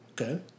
Okay